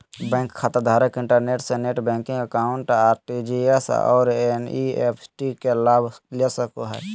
bank खाताधारक internet से net banking account, RTGS और एन.इ.एफ.टी के लाभ ले सको हइ